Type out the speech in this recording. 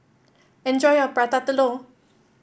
enjoy your Prata Telur